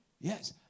Yes